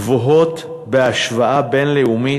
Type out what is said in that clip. גבוהות בהשוואה בין-לאומית,